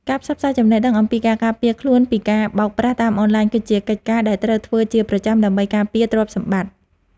ការផ្សព្វផ្សាយចំណេះដឹងអំពីការការពារខ្លួនពីការបោកប្រាស់តាមអនឡាញគឺជាកិច្ចការដែលត្រូវធ្វើជាប្រចាំដើម្បីការពារទ្រព្យសម្បត្តិ។